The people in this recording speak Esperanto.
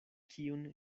kiun